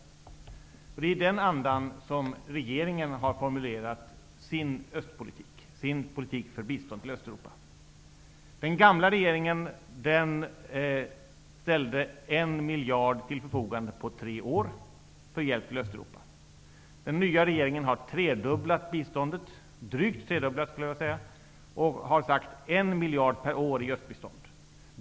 Det är i den andan som regeringen har formulerat sin politik för bistånd till Östeuropa. Den gamla regeringen ställde 1 miljard till förfogande på tre år för hjälp till Östeuropa. Den nya regeringen har drygt tredubblat biståndet och har avsatt 1 miljard per år i östbistånd.